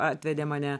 atvedė mane